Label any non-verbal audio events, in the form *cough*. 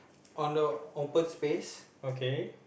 on the open space *breath*